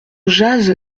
jase